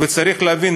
וצריך להבין,